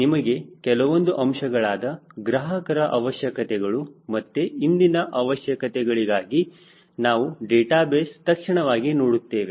ನಿಮಗೆ ಕೆಲವೊಂದು ಅಂಶಗಳಾದ ಗ್ರಾಹಕರ ಅವಶ್ಯಕತೆಗಳು ಮತ್ತೆ ಇಂದಿನ ಅವಶ್ಯಕತೆಗಳಿಗಾಗಿ ನಾವು ಡೇಟಾಬೇಸ್ ತಕ್ಷಣವಾಗಿ ನೋಡುತ್ತೇವೆ